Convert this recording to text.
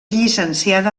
llicenciada